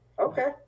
Okay